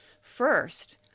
first